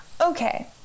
Okay